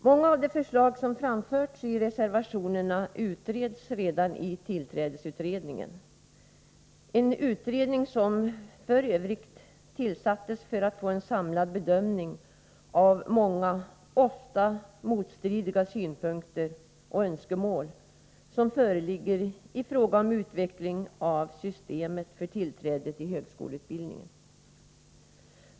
Många av de förslag som framförs i reservationerna utreds redan i tillträdesutredningen — en utredning som f. ö. tillsattes för att få en samlad bedömning av många, ofta motstridiga synpunkter och önskemål som föreligger i fråga om utveckling av systemet för tillträde till högskoleutbildningen.